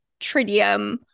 tritium